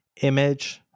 image